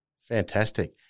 Fantastic